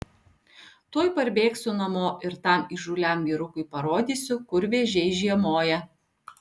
tuoj parbėgsiu namo ir tam įžūliam vyrukui parodysiu kur vėžiai žiemoja